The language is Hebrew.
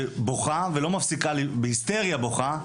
שבוכה בהיסטריה בוכה,